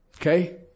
okay